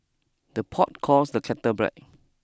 the pot calls the kettle black